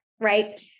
right